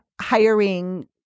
hiring